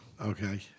Okay